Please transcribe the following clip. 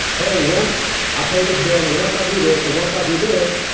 hey, once i pay this bill and once i do this and once i do this,